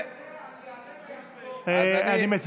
אם תאשר את זה, אני אעלה ואחזור בי.